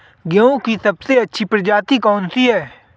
गेहूँ की सबसे अच्छी प्रजाति कौन सी है?